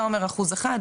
אתה אומר אחוז אחד,